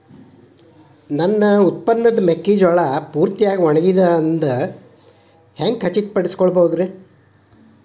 ನನ್ನ ಉತ್ಪನ್ನವಾದ ಮೆಕ್ಕೆಜೋಳವು ಪೂರ್ತಿಯಾಗಿ ಒಣಗಿದೆ ಎಂದು ಹ್ಯಾಂಗ ಖಚಿತ ಪಡಿಸಿಕೊಳ್ಳಬಹುದರೇ?